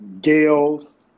Gales